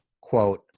quote